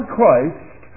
Christ